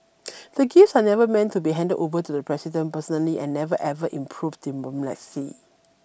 the gifts are never meant to be handed over to the President personally and never ever improved diplomacy